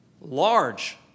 Large